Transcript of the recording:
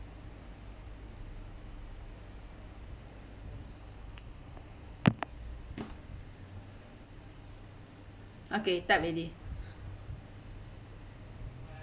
okay tap already